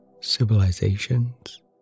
civilizations